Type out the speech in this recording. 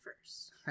first